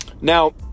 Now